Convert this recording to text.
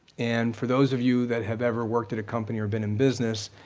and for those of you that have ever worked at a company or been in business,